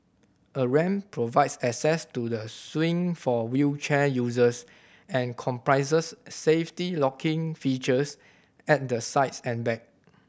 a ramp provides access to the swing for wheelchair users and comprises safety locking features at the sides and back